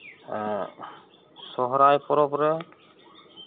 ᱟᱨ ᱥᱚᱨᱦᱟᱭ ᱯᱚᱨᱚᱵᱽ ᱨᱮ